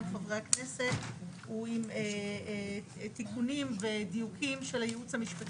חברי הכנסת הוא עם תיקונים ודיוקים של הייעוץ המשפטי.